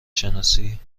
شناسی